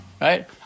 right